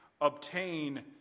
obtain